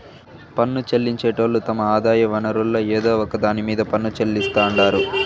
పన్ను చెల్లించేటోళ్లు తమ ఆదాయ వనరుల్ల ఏదో ఒక దాన్ని మీద పన్ను చెల్లిస్తాండారు